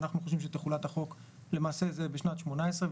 אנחנו חושבים שתחולת החוק למעשה זה בשנת 2018,